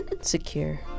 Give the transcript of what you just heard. Secure